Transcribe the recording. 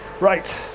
right